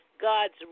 God's